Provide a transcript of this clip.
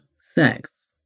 sex